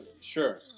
sure